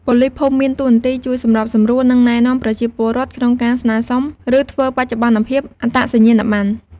ប៉ូលីសភូមិមានតួនាទី ជួយសម្របសម្រួល និងណែនាំប្រជាពលរដ្ឋក្នុងការស្នើសុំ ឬធ្វើបច្ចុប្បន្នភាពអត្តសញ្ញាណប័ណ្ណ។